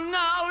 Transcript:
no